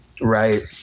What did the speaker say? Right